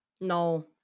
No